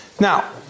Now